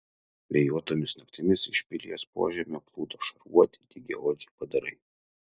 vėjuotomis naktimis iš pilies požemių plūdo šarvuoti dygiaodžiai padarai